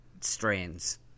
strands